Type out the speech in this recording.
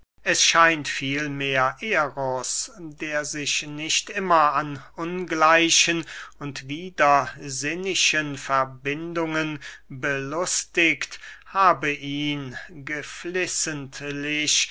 es scheint vielmehr eros der sich nicht immer an ungleichen und widersinnischen verbindungen belustigt habe ihn geflissentlich